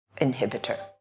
inhibitor